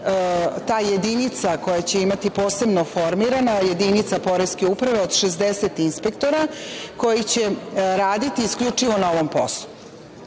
ta jedinica koja će biti posebno formirana, jedinica poreske uprave od 60 inspektora koji će raditi isključivo na ovom poslu. Čuli